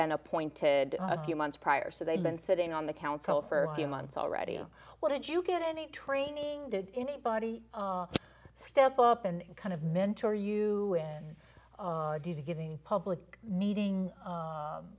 been appointed a few months prior so they'd been sitting on the council for a few months already what did you get any training did anybody step up and kind of mentor you do the giving public meeting